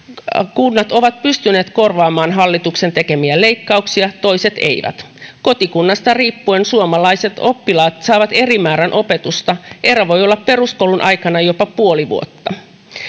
kunnat ovat pystyneet korvaamaan hallituksen tekemiä leikkauksia toiset eivät kotikunnasta riippuen suomalaiset oppilaat saavat eri määrän opetusta ero voi olla peruskoulun aikana jopa puoli vuotta